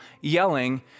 yelling